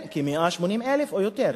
כן, כ-180,000 או יותר.